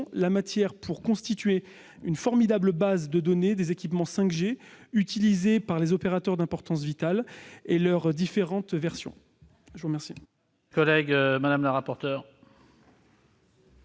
la matière pour constituer une formidable base de données des équipements 5G utilisés par les opérateurs d'importance vitale et de leurs différentes versions. Quel